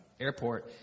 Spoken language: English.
airport